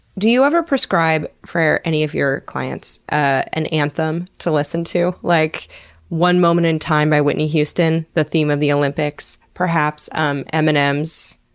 do you ever prescribe for any of your clients an anthem to listen to? like one moment in time by whitney houston? the theme of the olympics? perhaps um eminem's?